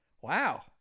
Wow